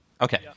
Okay